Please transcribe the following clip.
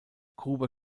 gruber